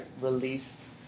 released